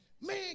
Man